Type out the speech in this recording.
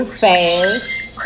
fast